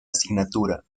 asignatura